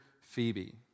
Phoebe